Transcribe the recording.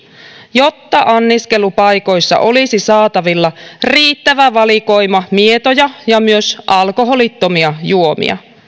jotta anniskelupaikoissa olisi saatavilla riittävä valikoima mietoja ja myös alkoholittomia juomia